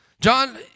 John